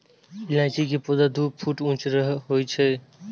इलायची के पौधा दू फुट ऊंच होइ छै